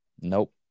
Nope